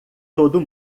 todo